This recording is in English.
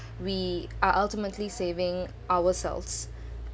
we are ultimately saving ourselves